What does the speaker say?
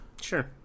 Sure